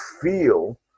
feel